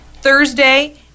Thursday